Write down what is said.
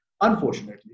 Unfortunately